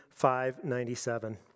597